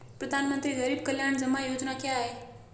प्रधानमंत्री गरीब कल्याण जमा योजना क्या है?